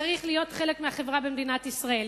צריך להיות חלק מהחברה במדינת ישראל.